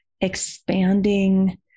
expanding